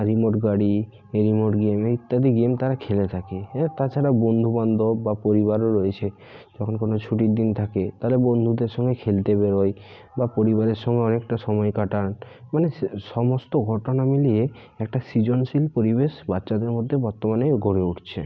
remote গাড়ি এই remote game এই ইত্যাদি গেম তারা খেলে থাকে এবার তাছাড়া বন্ধুবান্ধব বা পরিবারও রয়েছে যখন কোনো ছুটির দিন থাকে তারা বন্ধুদের সঙ্গে খেলতে বেরোয় বা পরিবারের সঙ্গে অনেকটা সময় কাটায় মানে সে সমস্ত ঘটনা মিলিয়ে একটা সৃজনশীল পরিবেশ বাচ্চাদের মধ্যে বর্তমানে গড়ে উঠছে